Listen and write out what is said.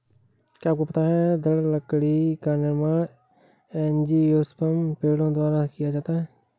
क्या आपको पता है दृढ़ लकड़ी का निर्माण एंजियोस्पर्म पेड़ों द्वारा किया जाता है?